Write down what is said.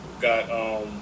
got